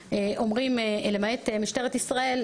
למעט משטרת ישראל,